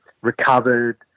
recovered